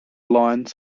line